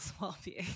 well-being